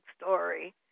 story